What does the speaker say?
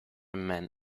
men